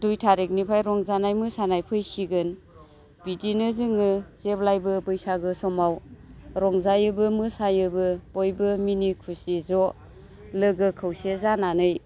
दुइ थारिकनिफ्राय रंजानाय मोसानाय फैसिगोन बिदिनो जोङो जेब्लायबो बैसागो समाव रंजायोबो मोसायोबो बयबो मिनि खुसि ज' लोगो खौसे जानानै